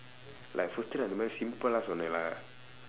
like அந்த மாதிரி:andtha maathiri simplela சொன்னேன்:sonneen lah